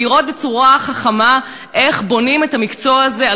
ולראות איך בונים בצורה חכמה את המקצוע הזה,